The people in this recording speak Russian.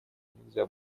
нельзя